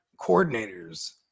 coordinators